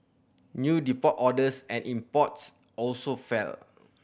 new deport orders and imports also fell